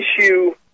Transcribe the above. issue